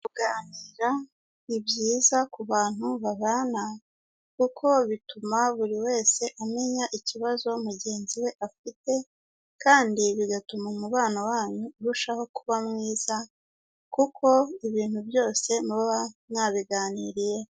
Kuganira ni byiza ku bantu babana, kuko bituma buri wese amenya ikibazo mugenzi we afite, kandi bigatuma umubano wanyu urushaho kuba mwiza kuko ibintu byose muba mwabiganiriyeho.